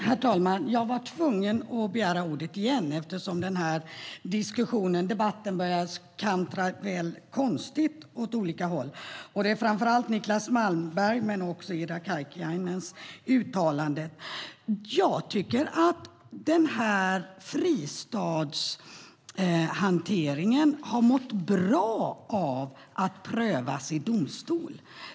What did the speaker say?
Herr talman! Jag var tvungen att begära ordet igen eftersom debatten har börjat kantra åt olika håll. Det gäller framför allt Niclas Malmbergs men även Ida Karkiainens uttalanden. Jag tycker att fristadshanteringen har mått bra av att prövas i domstol.